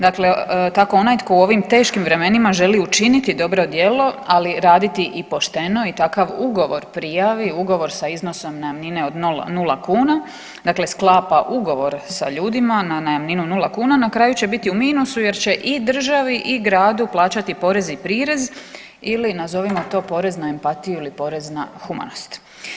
Dakle, tako onaj tko u ovim teškim vremenima želi učiniti dobro djelo ali raditi i pošteno i takav ugovor prijavi, ugovor sa iznosom najamnine od 0 kuna, dakle sklapa ugovor sa ljudima na najamninu od 0 kuna, na kraju će biti u minusu jer će i državi i gradu plaćati porez i prirez ili nazovimo to porez na empatiju ili porez na humanost.